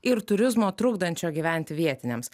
ir turizmo trukdančio gyventi vietiniams